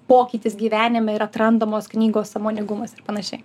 pokytis gyvenime ir atrandamos knygos sąmoningumas ir panašiai